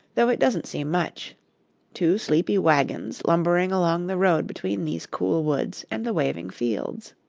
though it doesn't seem much two sleepy wagons lumbering along the road between these cool woods and the waving fields.